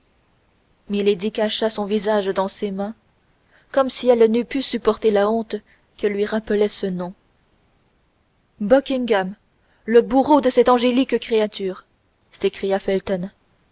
milady cacha son visage dans ses mains comme si elle n'eût pu supporter la honte que lui rappelait ce nom buckingham le bourreau de cette angélique créature s'écria felton